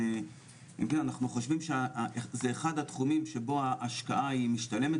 --- אנחנו חושבים שזה אחד התחומים שבו ההשקעה היא המשתלמת